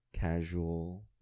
casual